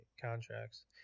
contracts